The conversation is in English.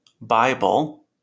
Bible